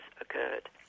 occurred